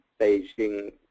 Beijing